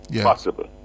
possible